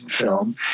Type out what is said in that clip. film